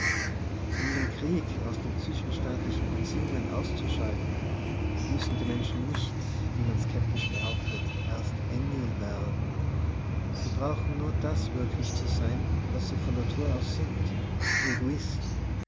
um den krieg aus den zwischenstaatlichen be ziehungen auszuschalten müssen die menschen nicht wie man skeptisch behauptet erst engel werden sie brauchen nur das wirklich zu sein was sie von natur aus sind egoisten